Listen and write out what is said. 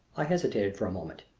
i hesitated for a moment.